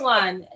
one